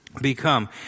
become